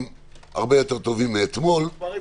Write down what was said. אומר: לא רק שיש לי ספק,